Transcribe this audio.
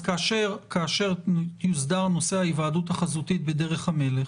אז כאשר יוסדר נושא ההיוועדות החזותית בדרך המלך,